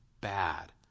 bad